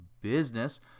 business